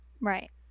Right